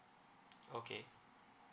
okay